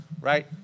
right